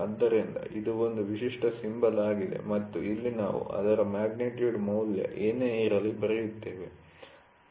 ಆದ್ದರಿಂದ ಇದು ಒಂದು ವಿಶಿಷ್ಟ ಸಿಂಬಲ್ ಆಗಿದೆ ಮತ್ತು ಇಲ್ಲಿ ನಾವು ಅದರ ಮ್ಯಾಗ್ನಿಟ್ಯೂಡ್ ಮೌಲ್ಯ ಏನೇ ಇರಲಿ ಬರೆಯುತ್ತೇವೆ